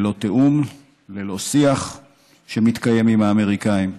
ללא תיאום, ללא שיח שמתקיים עם האמריקנים.